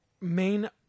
main